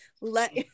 let